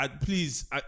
Please